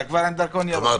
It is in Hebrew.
אתה כבר עם דרכון ירוק.